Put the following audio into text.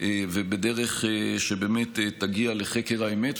ובדרך שתגיע לחקר האמת.